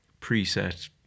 preset